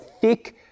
thick